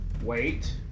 Wait